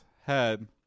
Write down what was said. head